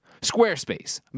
Squarespace